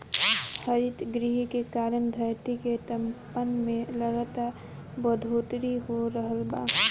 हरितगृह के कारण धरती के तापमान में लगातार बढ़ोतरी हो रहल बा